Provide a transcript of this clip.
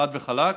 חד וחלק,